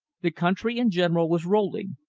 the country in general was rolling.